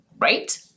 right